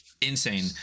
insane